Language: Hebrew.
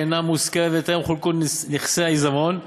שאינה מושכרת וטרם חולקו נכסי העיזבון,